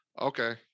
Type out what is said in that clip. okay